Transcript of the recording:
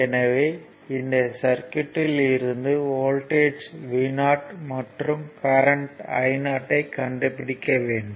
எனவே இந்த சர்க்யூட்யில் இருந்து வோல்ட்டேஜ் Vo மற்றும் கரண்ட் I o ஐ கண்டுபிடிக்க வேண்டும்